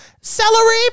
celery